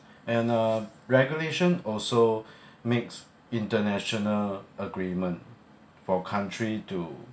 and uh regulation also makes international agreement for country to